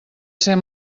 ser